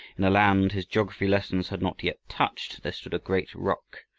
in a land his geography lessons had not yet touched, there stood a great rock,